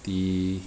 the